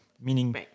Meaning